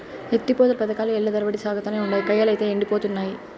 ఎత్తి పోతల పదకాలు ఏల్ల తరబడి సాగతానే ఉండాయి, కయ్యలైతే యెండిపోతున్నయి